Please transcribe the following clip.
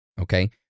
okay